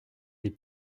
des